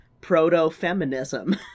proto-feminism